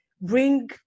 bring